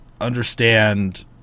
understand